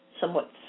somewhat